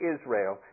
Israel